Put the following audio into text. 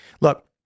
Look